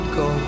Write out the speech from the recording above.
go